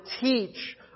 teach